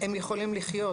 הם יכולים לחיות.